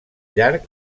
llarg